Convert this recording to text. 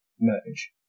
Merge